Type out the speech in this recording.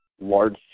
large